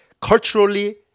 culturally